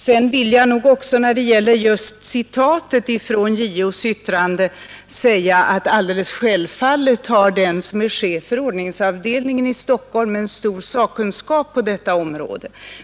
Sedan vill jag också när det gäller just citatet ur JO:s yttrande säga att alldeles självfallet har den som är chef för ordningsavdelningen i Stockholm stor sakkunskap på detta område.